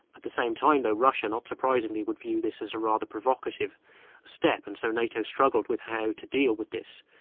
at the same time though, russia not surprisingly, would view this as a rather provocative step, and so nato struggled with how to deal with this.